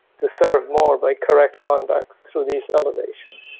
to serve more by correct conduct through this elevation.